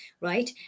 right